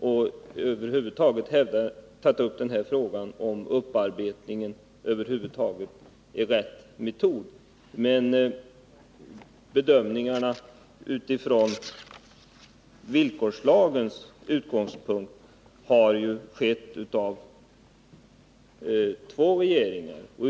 Vi diskuterade också om upparbetningen över huvud taget är rätt metod, men det är ju två regeringar som gjort bedömningarna med villkorslagen som basis.